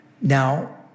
Now